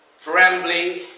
trembling